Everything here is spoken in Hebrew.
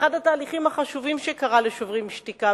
ואחד התהליכים החשובים שקרה ל"שוברים שתיקה",